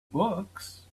books